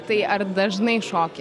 tai ar dažnai šoki